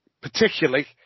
particularly